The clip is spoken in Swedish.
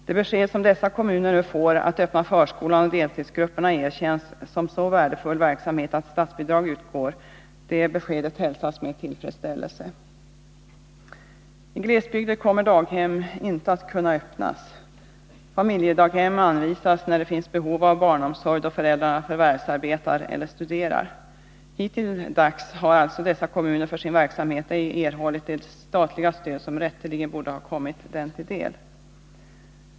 Det besked som dessa kommuner nu får, att öppna förskolan och deltidsgrupperna erkänns som så värdefull verksamhet att statsbidrag utgår, hälsas med tillfredsställelse. I glesbygd kommer daghem inte att kunna öppnas. Familjedaghem anvisas när det finns behov av barnomsorg då föräldrarna förvärvsarbetar eller studerar. Hittilldags har alltså dessa kommuner för sin verksamhet ej erhållit det statliga stöd som rätteligen borde ha kommit dem till del.